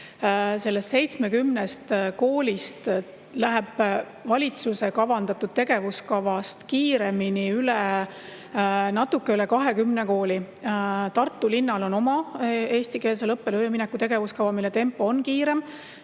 [eestikeelsele õppele] valitsuse kavandatud tegevuskavast kiiremini üle natuke üle 20 kooli. Tartu linnal on oma eestikeelsele õppele ülemineku tegevuskava, mille tempo on kiirem.